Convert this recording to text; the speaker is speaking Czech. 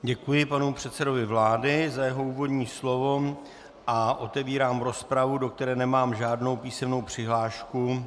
Děkuji panu předsedovi vlády za jeho úvodní slovo a otevírám rozpravu, do které nemám žádnou písemnou přihlášku.